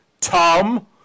Tom